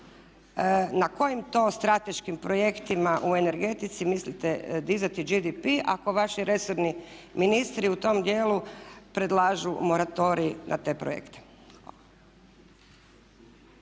na kojim to strateškim projektima u energetici mislite dizati BDP ako vaši resorni ministri u tom dijelu predlažu moratorij na te projekte?